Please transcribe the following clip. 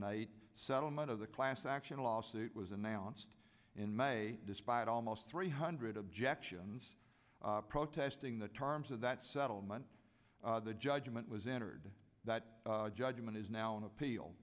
eight settlement of the class action lawsuit was announced in may despite almost three hundred objections protesting the terms of that settlement the judgment was entered that judgment is now on appeal